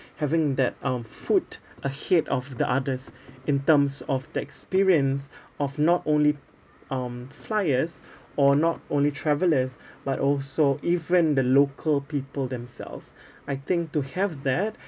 having that um foot ahead of the others in terms of the experience of not only um flyers or not only travellers but also even the local people themselves I think to have that